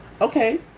okay